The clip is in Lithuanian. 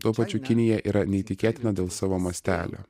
tuo pačiu kinija yra neįtikėtina dėl savo mastelio